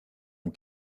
ont